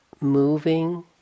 moving